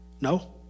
No